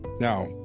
Now